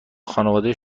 خانواده